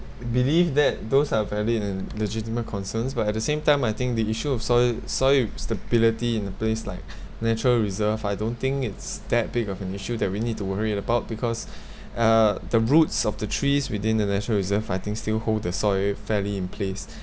I believe that those are valid and legitimate concerns but at the same time I think the issue of soil soil stability in a place like natural reserve I don't think it's that big of an issue that we need to worry about because uh the roots of the trees within the natural reserve I think still hold the soil fairly in place